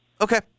Okay